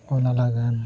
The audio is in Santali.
ᱚᱱᱟ ᱞᱟᱹᱜᱤᱫ